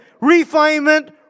Refinement